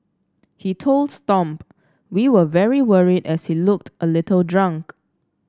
he told Stomp we were very worried as he looked a little drunk